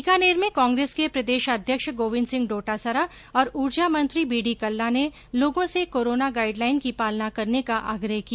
बीकानेर में कांग्रेस के प्रदेशाध्यक्ष गोविन्द सिंह डोटासरा और ऊर्जा मंत्री बीडी कल्ला ने लोगों से कोरोना गाईडलाईन की पालना करने का आग्रह किया